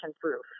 proof